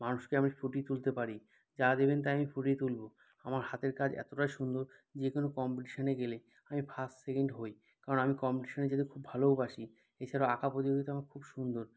মানুষকে আমি ফুটিয়ে তুলতে পারি যা দেবেন তাই আমি ফুটিয়ে তুলব আমার হাতের কাজ এতটাই সুন্দর যে কোনও কম্পিটিশনে গেলে আমি ফার্স্ট সেকেন্ড হই কারণ আমি কম্পিটিশনে যেতে খুব ভালোওবাসি এছাড়া আঁকা প্রতিযোগিতা আমার খুব সুন্দর